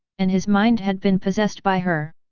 and his mind had been possessed by her.